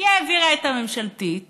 היא העבירה את הממשלתית